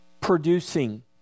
producing